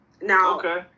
Now